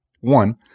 one